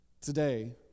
Today